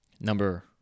Number